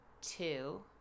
two